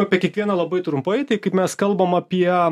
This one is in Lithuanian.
apie kiekvieną labai trumpai tai kaip mes kalbam apie